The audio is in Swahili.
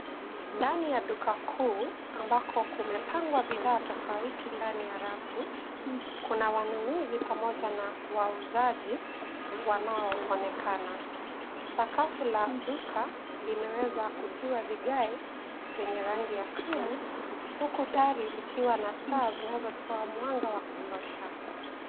Ndani ya duka kuu ambako kumepangwa bidhaa tofauti ndani ya rafu. Kuna wanunuzi pamoja na wauzaji wanaoonekana. Sakafu la duka limeweza kutiwa vigae vyenye rangi ya krimu huku dari likiwa na taa zinazotoa mwanga wa kutosha.